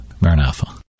Maranatha